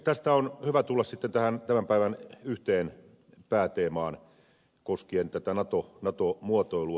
tästä on hyvä tulla sitten tähän tämän päivän yhteen pääteemaan koskien nato muotoilua